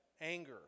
anger